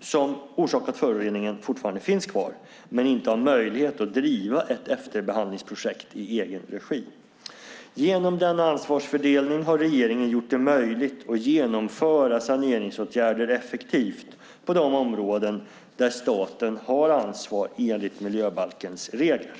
som orsakat föroreningen fortfarande finns kvar men inte har möjlighet att driva ett efterbehandlingsprojekt i egen regi. Genom denna ansvarsfördelning har regeringen gjort det möjligt att genomföra saneringsåtgärder effektivt på de områden där staten har ansvar enligt miljöbalkens regler.